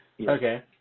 Okay